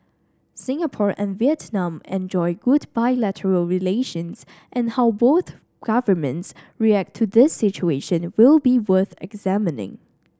Singapore and Vietnam enjoy good bilateral relations and how both governments react to this situation will be worth examining